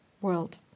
world